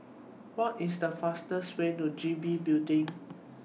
What IS The fastest Way to G B Building